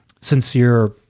sincere